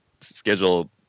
schedule